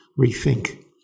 rethink